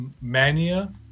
mania